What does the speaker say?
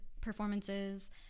performances